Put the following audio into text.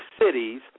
cities